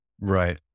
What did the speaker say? Right